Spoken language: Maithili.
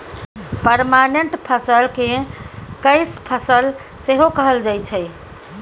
परमानेंट फसल केँ कैस फसल सेहो कहल जाइ छै